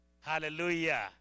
Hallelujah